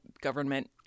government